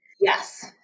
Yes